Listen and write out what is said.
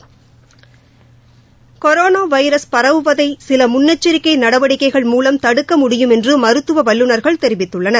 corona virus பரவுவதை சில முன்னெச்சரிக்கை நடவடிக்கைகள் மூலம் தடுக்கமுடியும் என்று மருத்துவ வல்லுநர்கள் தெரிவித்துள்ளனர்